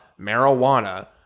marijuana